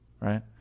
right